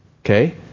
Okay